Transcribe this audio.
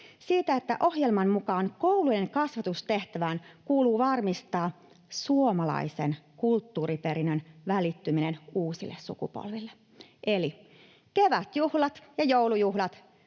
Siitä, että ohjelman mukaan koulujen kasvatustehtävään kuuluu varmistaa suomalaisen kulttuuriperinnön välittyminen uusille sukupolville, eli kevätjuhlat ja joulujuhlat